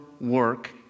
work